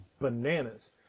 bananas